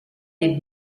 des